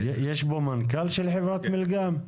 יש פה מנכ"ל של חברת מילגם?